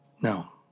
No